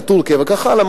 לטורקיה וכך הלאה,